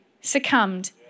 succumbed